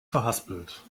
verhaspelt